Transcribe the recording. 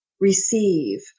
receive